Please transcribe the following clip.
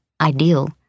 ideal